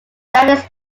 graphics